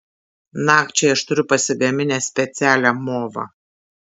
nakčiai aš turiu pasigaminęs specialią movą